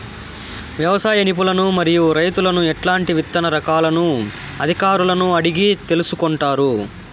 వ్యవసాయ నిపుణులను మరియు రైతులను ఎట్లాంటి విత్తన రకాలను అధికారులను అడిగి తెలుసుకొంటారు?